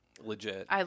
legit